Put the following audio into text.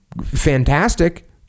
fantastic